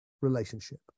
Relationship